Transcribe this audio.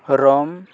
Rome